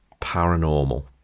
paranormal